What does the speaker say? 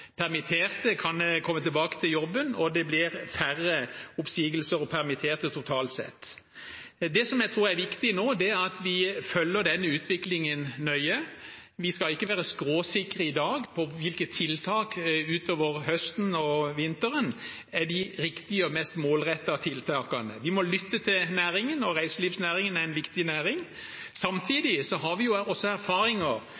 permitterte kan komme tilbake til jobben, og det blir færre oppsigelser og permitterte totalt sett. Det jeg tror er viktig nå, er at vi følger utviklingen nøye. Vi skal ikke være skråsikre i dag om hvilke tiltak som er de riktige og mest målrettede utover høsten og vinteren. Vi må lytte til næringen, og reiselivsnæringen er en viktig næring.